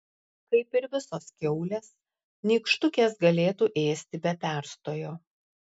kaip ir visos kiaulės nykštukės galėtų ėsti be perstojo